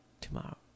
tomorrow